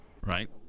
Right